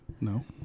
no